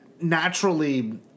naturally